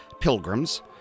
pilgrims